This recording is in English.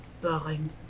boring